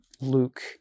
Luke